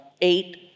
eight